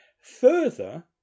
Further